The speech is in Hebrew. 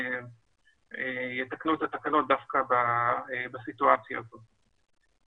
שיתקנו את התקנות דווקא בסיטואציה הזאת.